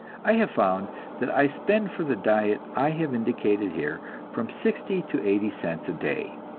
i have found that i spend for the diet i have indicated here, from sixty to eighty cents a day.